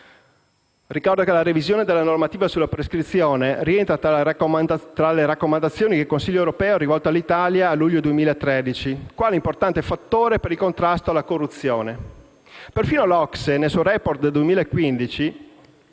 Ricordo che la revisione della normativa sulla prescrizione rientra tra le raccomandazioni che il Consiglio europeo ha rivolto all'Italia nel luglio 2013 quale importante fattore per il contrasto alla corruzione. Perfino l'OCSE nel suo *report* del 2015,